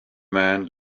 man